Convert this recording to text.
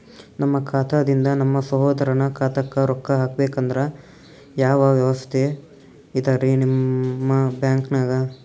ನಮ್ಮ ಖಾತಾದಿಂದ ನಮ್ಮ ಸಹೋದರನ ಖಾತಾಕ್ಕಾ ರೊಕ್ಕಾ ಹಾಕ್ಬೇಕಂದ್ರ ಯಾವ ವ್ಯವಸ್ಥೆ ಇದರೀ ನಿಮ್ಮ ಬ್ಯಾಂಕ್ನಾಗ?